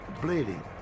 bleeding